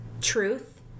truth